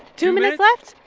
two minutes left?